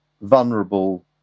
vulnerable